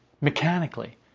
mechanically